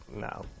no